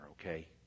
okay